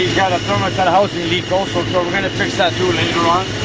got a thermostat housing leak also so we're gonna fix that too later on